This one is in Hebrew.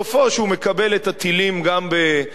סופו שהוא מקבל את הטילים גם בתל-אביב.